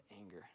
anger